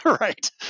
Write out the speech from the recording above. right